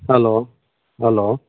hello hello